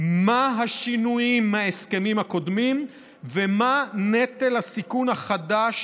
מה השינויים מההסכמים הקודמים ומה נטל הסיכון החדש